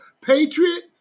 Patriot